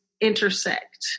intersect